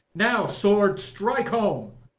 now, sword, strike home!